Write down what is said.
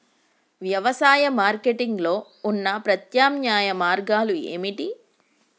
వ్యవసాయ మార్కెటింగ్ లో ఉన్న ప్రత్యామ్నాయ మార్గాలు ఏమిటి?